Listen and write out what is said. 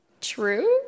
True